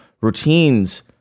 Routines